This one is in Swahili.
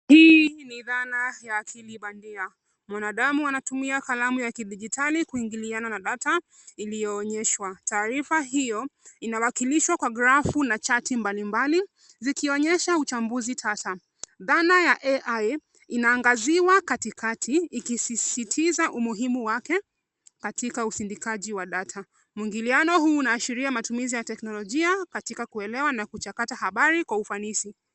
Hii ni thana ya akili bandia. Mwanadamu anatumia kalamu ya kidijitali, kuingiliana na data iliyoonyeshwa. Taarifa hiyo inawakilishwa kwa grafu na chati mbalimbali, zikionyesha uchambuzi tata. Thana ya AI inaangaziwa katikati, ikisisitiza umuhimu wake katika usindikaji wa data. Mwingiliano huu unaashiria matumizi ya teknolojia, katika kuelewa na kuchakata habari kwa ufanisi.